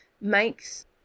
makes